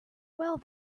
well